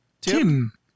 Tim